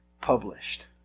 published